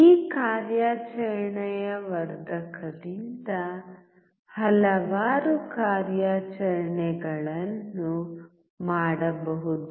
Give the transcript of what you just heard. ಈ ಕಾರ್ಯಾಚರಣೆಯ ವರ್ಧಕದಿಂದ ಹಲವಾರು ಕಾರ್ಯಾಚರಣೆಗಳನ್ನು ಮಾಡಬಹುದು